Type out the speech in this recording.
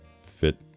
fit